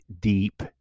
deep